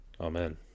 Amen